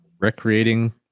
recreating